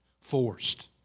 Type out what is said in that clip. forced